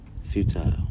futile